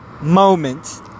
moment